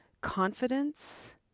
confidence